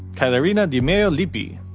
caterina di meo lippi.